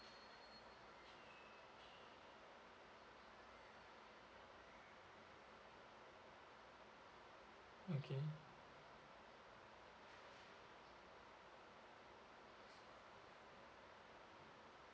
okay